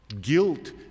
Guilt